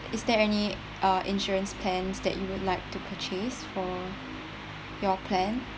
is there any uh insurance plans that you would like to purchase for your plan